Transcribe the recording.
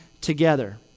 together